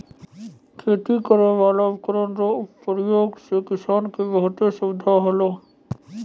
खेती करै वाला उपकरण रो उपयोग से किसान के बहुत सुबिधा होलै